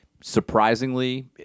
Surprisingly